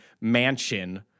mansion